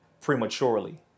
prematurely